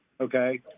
Okay